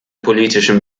politischem